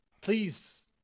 Please